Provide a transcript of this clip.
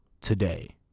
today